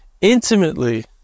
intimately